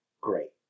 Great